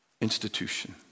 institution